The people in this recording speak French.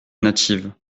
native